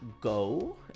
Go